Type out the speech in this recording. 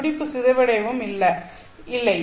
துடிப்பு சிதைவடையவும் இல்லை